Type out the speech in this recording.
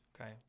okay